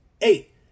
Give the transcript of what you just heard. Eight